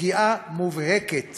פגיעה מובהקת